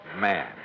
man